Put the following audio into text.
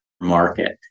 market